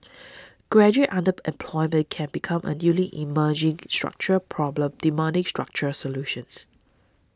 graduate underemployment can become a newly emerging structural problem demanding structural solutions